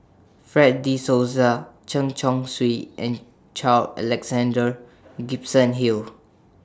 Fred De Souza Chen Chong Swee and Carl Alexander Gibson Hill